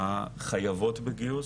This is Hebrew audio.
מהחייבות בגיוס.